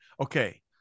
Okay